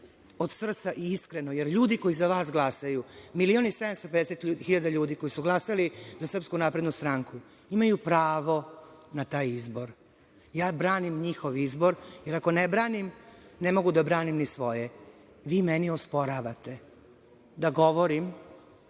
od srca i iskreno, jer ljudi za vas glasaju, 1.750.000 ljudi, koji su glasali za SNS, imaju pravo na taj izbor. Branim njihov izbor, jer ako ne branim ne mogu da branim ni svoje. Vi meni osporavate da govorim